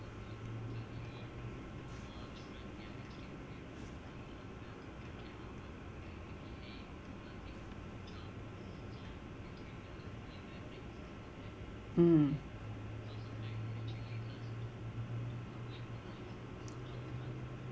mm